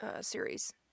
series